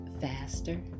faster